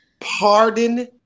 Pardon